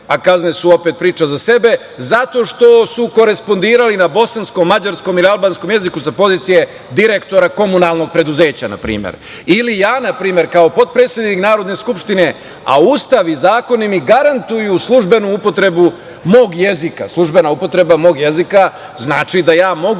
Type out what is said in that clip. a kazne su opet priča za sebe, zato što su korespondirali na bosanskom, mađarskom ili albanskom jeziku sa pozicije direktora komunalnog preduzeća, na primer. Ili, ja na primer, kao potpredsednik Narodne skupštine, a Ustav i zakon mi garantuju službenu upotrebu mog jezika. Službena upotreba mog jezika znači da ja mogu